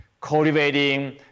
cultivating